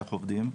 איך עובדים.